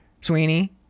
Sweeney